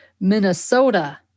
Minnesota